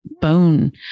bone